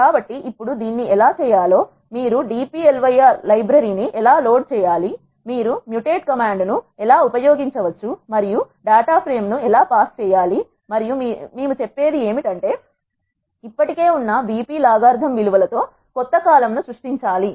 కాబట్టి ఇప్పుడు దీన్ని ఎలా చేయాలో మీరు dplyr లైబ్రరీ ని ఎలా లోడ్ చేయాలి మీరు మ్యూటేట్ కమాండ్ ను ఉపయోగించవచ్చు మరియు మీరు డేటా ప్రేమ్ పాస్ చేయాలి మరియు మీరు చెప్పేది ఏమిటంటే మీరు ఇప్పటికే ఉన్న BP లాగరిథమ్ విలువలతో కొత్త కాలమ్ ను సృష్టించాలి